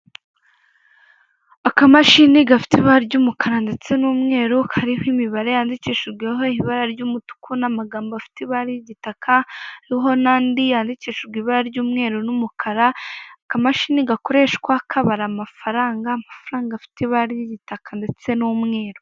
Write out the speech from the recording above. Akamashini gafite ibara ry'umukara ndetse n'umweru kariho imibare yandikishijweho ibara ry'umutuku n'amagambo afite ibara ry'igitaka, hariho n'andi yandikishijwe ibara ry'umweru n'umukara, akamashini gakoreshwa kabara amafaranga, amafaranga afite ibara ry'igitaka ndetse n'umweru.